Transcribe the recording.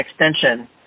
extension